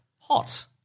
hot